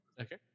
Okay